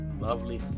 lovely